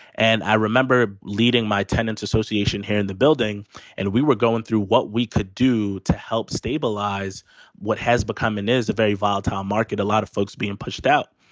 and i remember leading my tenants association here in the building and we were going through what we could do to help stabilize what has become and is a very volatile market. a lot of folks being pushed out.